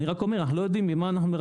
אני רק אומר שאנחנו לא יודעים עם מה מרססים,